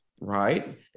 right